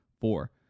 four